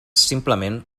simplement